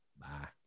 Bye